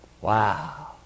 Wow